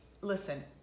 listen